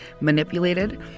manipulated